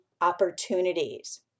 opportunities